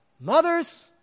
mothers